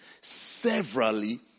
severally